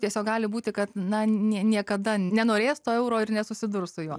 tiesiog gali būti kad na nie niekada nenorės to euro ir nesusidurs su juo